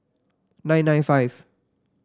nine nine five